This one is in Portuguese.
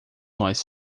nós